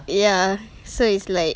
ya so is like